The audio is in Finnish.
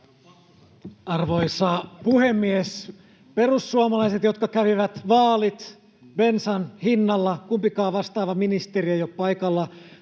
Arvoisa puhemies! Perussuomalaiset, jotka kävivät vaalit bensan hinnalla — kumpikaan vastaava ministeri ei ole paikalla,